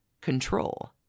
Control